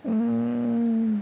mm